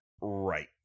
Right